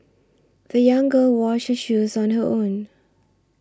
the young girl washed her shoes on her own